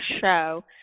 show